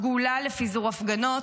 סגולה לפיזור הפגנות,